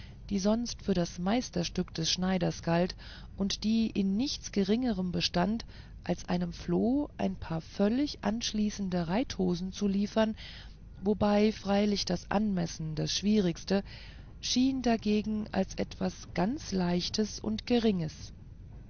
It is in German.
die sonst für das meisterstück des schneiders galt und die in nichts geringerem bestand als einem floh ein paar völlig anschließende reithosen zu liefern wobei freilich das anmessen das schwierigste schien dagegen als etwas ganz leichtes und geringes